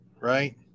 right